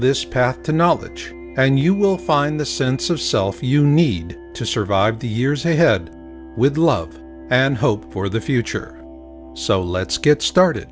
this path to knowledge and you will find the sense of self you need to survive the years ahead with love and hope for the future so let's get started